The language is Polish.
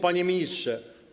Panie Ministrze!